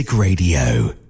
Radio